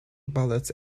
bullets